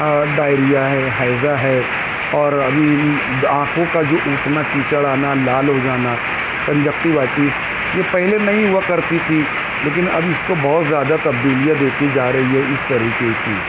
diarrhoea ہے ہیضہ ہے اور ابھی آںکھوں کا جو کیچڑ آنا لال ہو جانا کنجںکٹیوائٹیس یہ پہلے نہیں ہوا کرتی تھی لیکن اب اس کو بہت زیادہ تبدیلیاں دیکھی جا رہی ہے اس طریقے کی